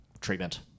treatment